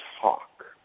talk